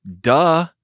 duh